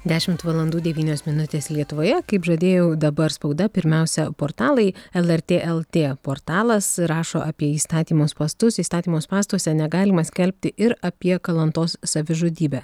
dešimt valandų devynios minutės lietuvoje kaip žadėjau dabar spauda pirmiausia portalai lrt lt portalas rašo apie įstatymo spąstus įstatymo spastuose negalima skelbti ir apie kalantos savižudybę